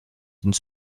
sind